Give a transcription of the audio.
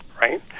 right